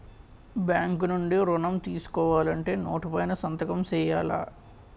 bank నుండి ఋణం తీసుకోవాలంటే నోటు పైన సంతకం సేయాల